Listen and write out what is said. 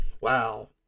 wow